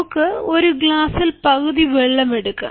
നമുക്ക് ഒരു ഗ്ലാസിൽ പകുതി വെള്ളം എടുക്കാം